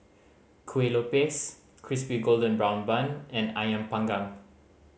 Kueh Lopes Crispy Golden Brown Bun and Ayam Panggang